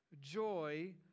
joy